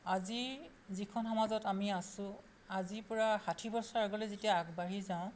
আজি যিখন সমাজত আমি আছোঁ আজিৰ পৰা ষাঠি বছৰ আগলৈ যেতিয়া আগবাঢ়ি যাওঁ